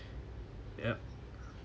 ya